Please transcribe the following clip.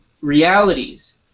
realities